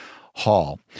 Hall